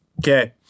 okay